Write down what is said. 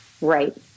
Right